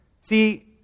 See